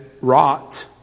wrought